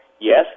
Yes